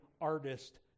artist